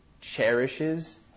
cherishes